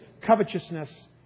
covetousness